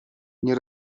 nie